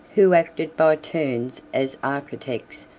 who acted by turns as architects,